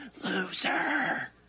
loser